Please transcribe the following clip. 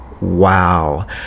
Wow